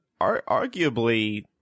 arguably